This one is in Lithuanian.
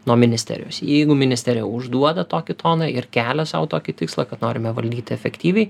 nuo ministerijos jeigu ministerija užduoda tokį toną ir kelia sau tokį tikslą kad norime valdyti efektyviai